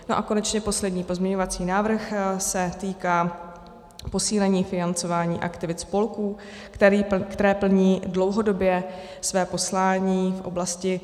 A konečně poslední pozměňovací návrh se týká posílení financování aktivit spolků, které plní dlouhodobě své poslání v oblasti...